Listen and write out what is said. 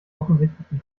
offensichtlichen